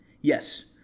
Yes